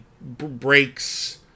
breaks